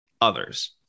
others